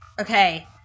Okay